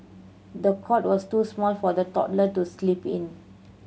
the cot was too small for the toddler to sleep in